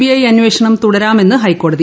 B I അന്വേഷണം തുടരാമെന്ന് ഹൈക്കോടതി